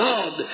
God